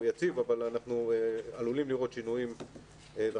הוא יציב אבל אנחנו עלולים לראות שינויים דרמטיים